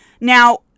Now